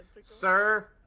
Sir